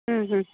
ಹ್ಞೂ ಹ್ಞೂ